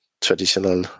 Traditional